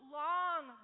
long